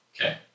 Okay